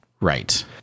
right